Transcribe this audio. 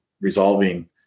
resolving